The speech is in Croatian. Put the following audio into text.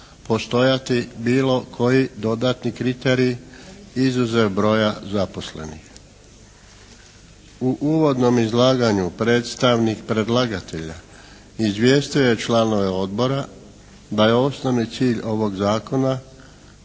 postojati bilo koji dodatni kriterij izuzev broja zaposlenih. U uvodnom izlaganju predstavnik predlagatelja izvijestio je članove odbora da je osnovni cilj ovog zakona